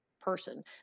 person